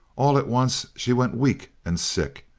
all at once she went weak and sick,